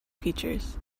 features